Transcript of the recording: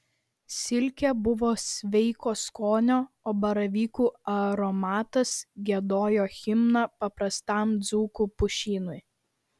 silkė buvo sveiko skonio o baravykų aromatas giedojo himną paprastam dzūkų pušynui